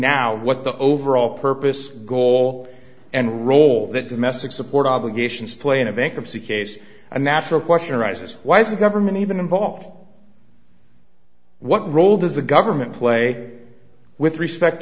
now what the overall purpose goal and role that domestic support obligations play in a bankruptcy case a natural question arises why is the government even involved what role does the government play with respect